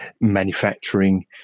manufacturing